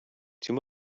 too